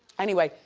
anyway,